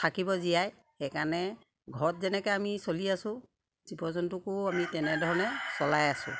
থাকিব জীয়াই সেইকাৰণে ঘৰত যেনেকে আমি চলি আছোঁ জীৱ জন্তুকো আমি তেনেধৰণে চলাই আছোঁ